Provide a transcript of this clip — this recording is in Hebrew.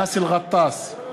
באסל גטאס,